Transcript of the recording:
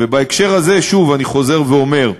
ובהקשר הזה, שוב, אני חוזר ואומר: